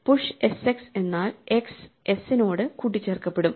push S X എന്നാൽ XS നോട് കൂട്ടിച്ചേർക്കപ്പെടും